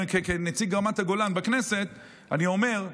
כנציג רמת הגולן בכנסת אני אומר,